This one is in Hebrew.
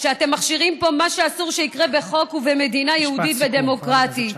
מכשירים פה מה שאסור שיקרה בחוק ובמדינה יהודית ודמוקרטית,